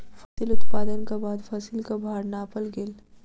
फसिल उत्पादनक बाद फसिलक भार नापल गेल